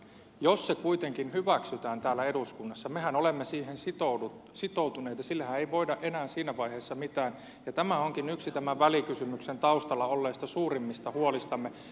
jos se kuitenkin hyväksytään täällä eduskunnassa mehän olemme siihen sitoutuneet ja sillehän ei voida enää siinä vaiheessa mitään ja tämä onkin yksi tämän välikysymyksen taustalla olleista suurimmista huolistamme